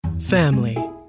family